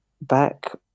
Back